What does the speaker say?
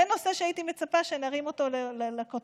זה נושא שהייתי מצפה שנרים אותו לכותרות,